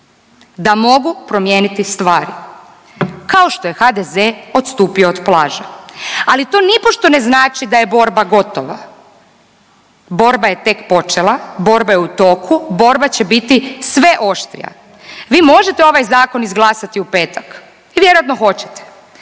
da mogu promijeniti stvari, kao što je HDZ odstupio od plaže, ali to nipošto ne znači da je borba gotova. Borba je tek počela, borba je u toku, borba će biti sve oštrija. Vi možete ovaj Zakon izglasati u petak i vjerojatno hoćete.